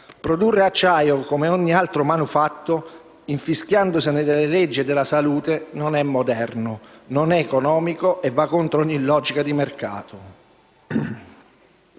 produrre acciaio, come ogni altro manufatto, infischiandosene delle leggi e della salute non è "moderno", non è "economico" e va contro ogni logica di mercato.